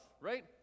right